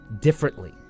differently